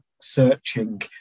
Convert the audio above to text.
searching